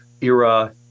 era